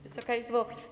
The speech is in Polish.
Wysoka Izbo!